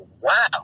wow